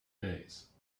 days